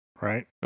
Right